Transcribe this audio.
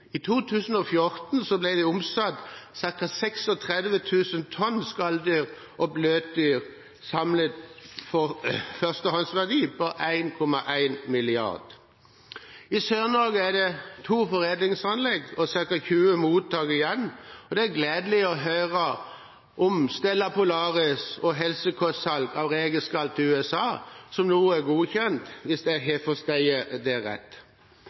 I 2014 ble det omsatt ca. 36 000 tonn skalldyr og bløtdyr til en samlet førstehåndsverdi av 1,1 mrd. kr. I Sør-Norge er det to foredlingsanlegg og ca. 20 mottak igjen. Det er gledelig å høre om Stella Polaris og helsekostsalg av rekeskall til USA, som nå er godkjent – hvis jeg har forstått det rett. Jeg er glad for at det